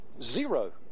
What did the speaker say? Zero